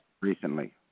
recently